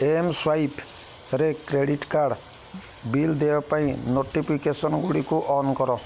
ଏମ୍ସ୍ୱାଇପ୍ରେ credit card bill ଦେୟ ପାଇଁ ନୋଟିଫିକେସନ୍ଗୁଡ଼ିକୁ ଅନ୍ କର